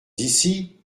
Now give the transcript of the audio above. d’ici